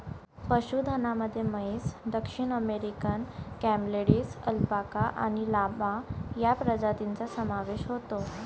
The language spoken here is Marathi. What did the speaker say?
पशुधनामध्ये म्हैस, दक्षिण अमेरिकन कॅमेलिड्स, अल्पाका आणि लामा या प्रजातींचा समावेश होतो